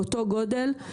באותו גדול,